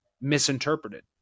misinterpreted